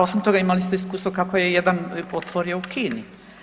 Osim toga, imali ste iskustvo kako je jedan otvorio u Kini.